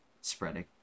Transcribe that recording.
spreading